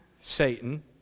Satan